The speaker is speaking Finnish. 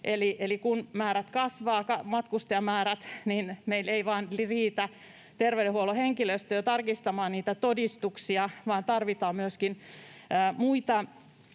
Eli kun matkustajamäärät kasvavat, niin meillä ei vain riitä terveydenhuollon henkilöstöä tarkistamaan niitä todistuksia, vaan tarvitaan myöskin muita